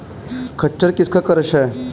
खच्चर किसका क्रास है?